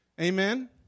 Amen